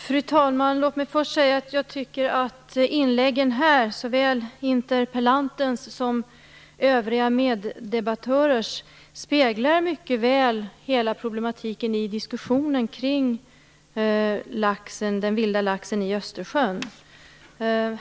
Fru talman! Låt mig först säga att jag tycker att inläggen här, såväl interpellantens som övriga meddebattörers, mycket väl speglar hela problematiken i diskussionen kring den vilda laxen i Östersjön.